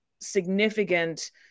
significant